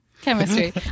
Chemistry